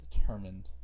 determined